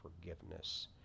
forgiveness